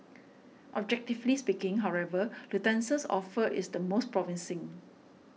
objectively speaking however Lufthansa's offer is the most promising